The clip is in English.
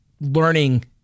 learning